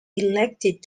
elected